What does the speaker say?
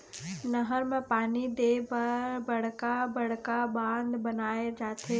नहर म पानी दे बर बड़का बड़का बांध बनाए जाथे